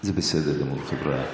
זה בסדר גמור, חבריא.